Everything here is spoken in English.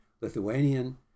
Lithuanian